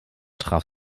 traf